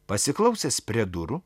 pasiklausęs prie durų